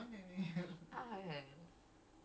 oh burn burn